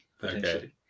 Potentially